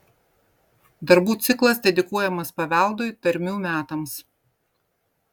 darbų ciklas dedikuojamas paveldui tarmių metams